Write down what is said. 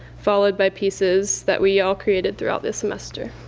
followed by pieces that we all created throughout this semester.